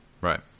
Right